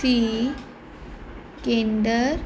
ਸੀ ਕੇਂਦਰ